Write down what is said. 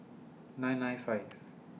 nine nine five